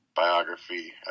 biography